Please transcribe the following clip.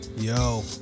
Yo